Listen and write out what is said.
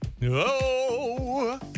No